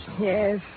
Yes